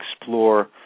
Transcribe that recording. explore